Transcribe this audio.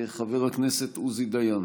חבר הכנסת עוזי דיין,